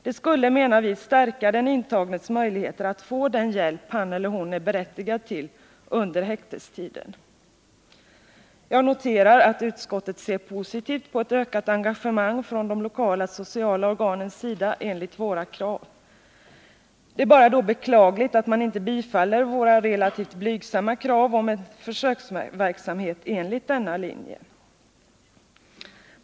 Det skulle, menar vi, stärka den intagnes möjligheter att få den hjälp han eller hon är berättigad till under häktningstiden. Jag noterar att utskottet ser positivt på ett ökat engagemang från de lokala sociala organens sida enligt våra krav. Det är bara beklagligt att man då inte tillstyrker våra relativt blygsamma krav på en försöksverksamhet enligt denna linje.